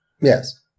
Yes